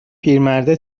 پیرمرده